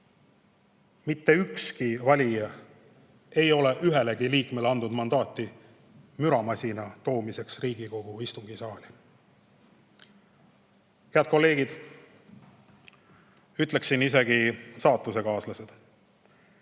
Mitte ükski valija ei ole ühelegi Riigikogu liikmele andnud mandaati müramasina toomiseks Riigikogu istungisaali! Head kolleegid, ütleksin isegi, saatusekaaslased!